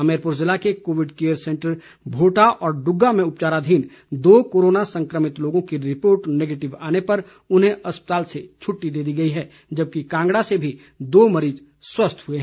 हमीरपुर ज़िले के covid care centre Bhota और इग्गा में उपचाराधीन दो कोरोना संक्रमित लोगों की रिपोर्ट नेगेटिव आने पर उन्हें अस्पताल से छुट्टी दे दी गई है जबकि कांगड़ा से भी दो मरीज़ स्वस्थ हुए हैं